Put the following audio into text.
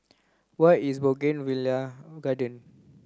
where is Bougainvillea Garden